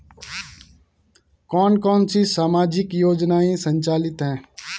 कौन कौनसी सामाजिक योजनाएँ संचालित है?